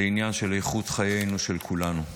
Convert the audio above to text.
זה עניין של חיינו, של כולנו.